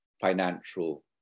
financial